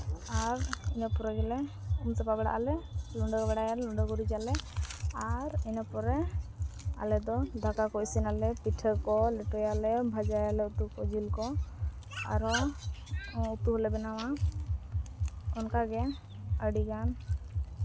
ᱟᱨ ᱤᱱᱟᱹ ᱯᱚᱨᱮ ᱜᱮᱞᱮ ᱛᱩᱯᱩ ᱥᱟᱯᱷᱟ ᱵᱟᱲᱟᱜ ᱟᱞᱮ ᱞᱩᱰᱟᱹ ᱜᱩᱨᱤᱡ ᱟᱞᱮ ᱟᱨ ᱤᱱᱟᱹ ᱯᱚᱨᱮ ᱟᱞᱮ ᱫᱚ ᱫᱟᱠᱟ ᱠᱚ ᱤᱥᱤᱱᱟᱞᱮ ᱯᱤᱴᱷᱟᱹ ᱠᱚ ᱞᱮᱴᱚᱭᱟᱞᱮ ᱵᱷᱟᱡᱟᱭᱟᱞᱮ ᱩᱛᱩ ᱠᱚ ᱡᱤᱞ ᱠᱚ ᱟᱨᱦᱚᱸ ᱩᱛᱩᱞᱮ ᱵᱮᱱᱟᱣᱟ ᱚᱱᱠᱟᱜᱮ ᱟᱹᱰᱤᱜᱟᱱ